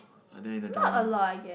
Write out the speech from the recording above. and then in a drama